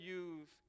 use